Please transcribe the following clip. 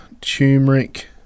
turmeric